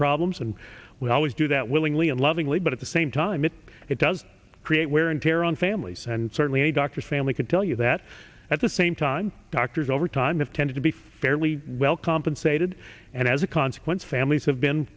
problems and we always do that willingly and lovingly but at the same time it does create wear and tear on families and certainly a doctor's family can tell you that at the same time doctors over time have tended to be fairly well compensated and as a consequence families have been